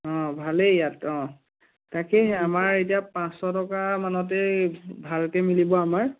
অঁ ভালেই ইয়াত অঁ তাকে আমাৰ এতিয়া পাঁচশ টকামানতেই ভালকৈ মিলিব আমাৰ